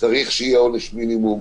צריך שיהיה עונש מינימום.